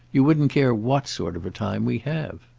you wouldn't care what sort of a time we have.